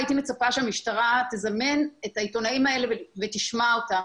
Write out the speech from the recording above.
הייתי מצפה שהמשטרה תזמן את העיתונאים האלה ותשמע אותם.